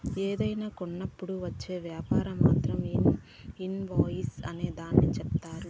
ఏదైనా కొన్నప్పుడు వచ్చే వ్యాపార పత్రంగా ఇన్ వాయిస్ అనే దాన్ని చెప్తారు